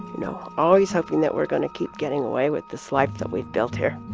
you know always hoping that we're going to keep getting away with this life that we've built here